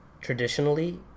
traditionally